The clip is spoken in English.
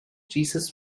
jesus